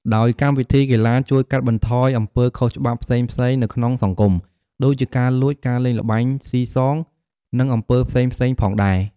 ដោយកម្មវិធីកីឡាជួយកាត់បន្ថយអំពើខុសច្បាប់ផ្សេងៗនៅក្នុងសង្គម ដូចជាការលួច ការលេងល្បែងស៊ីសង និងអំពើផ្សេងៗផងដែរ។